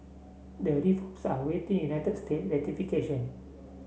the are waiting United States ratification